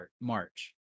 march